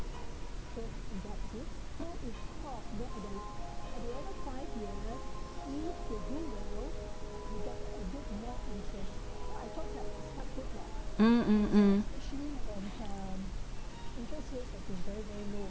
mm mm mm